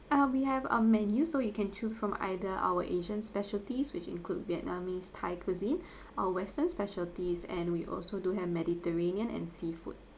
uh we have a menu so you can choose from either our asian specialties which include vietnamese thai cuisine or western specialties and we also do have mediterranean and seafood